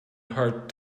heart